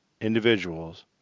individuals